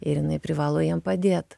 ir jinai privalo jiem padėt